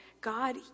God